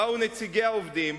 באו נציגי העובדים,